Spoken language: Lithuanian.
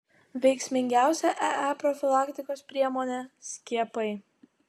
veiksmingiausia ee profilaktikos priemonė skiepai